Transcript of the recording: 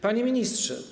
Panie Ministrze!